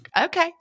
Okay